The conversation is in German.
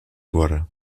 wurde